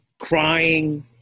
crying